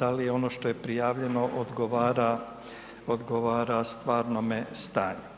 da li je ono što je prijavljeno odgovara stvarnome stanju.